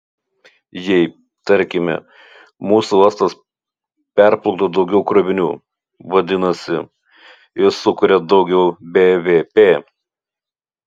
jei tarkime mūsų uostas perplukdo daugiau krovinių vadinasi jis sukuria daugiau bvp